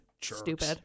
Stupid